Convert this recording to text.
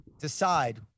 decide